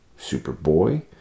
Superboy